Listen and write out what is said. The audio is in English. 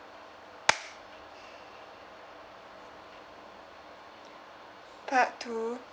part two